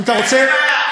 אין בעיה.